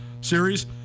series